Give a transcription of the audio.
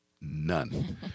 None